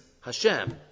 Hashem